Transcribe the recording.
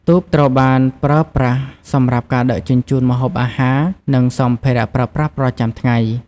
ទូកត្រូវបានប្រើប្រាស់សម្រាប់ការដឹកជញ្ជូនម្ហូបអាហារ និងសម្ភារៈប្រើប្រាស់ប្រចាំថ្ងៃ។